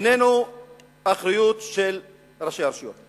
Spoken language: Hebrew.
איננה האחריות של ראשי הרשויות.